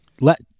let